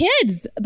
kids